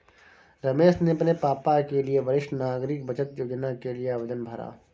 रमेश ने अपने पापा के लिए वरिष्ठ नागरिक बचत योजना के लिए आवेदन भरा